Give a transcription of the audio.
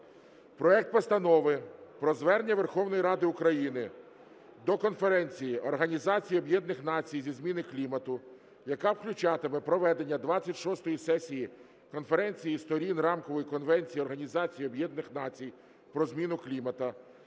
проект Постанови про звернення Верховної Ради України до Конференції Організації Об'єднаних Націй зі зміни клімату, яка включатиме проведення 26-ї сесії Конференції Сторін Рамкової конвенції Організації Об'єднаних Націй про зміну клімату,